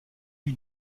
lui